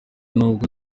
n’ubwo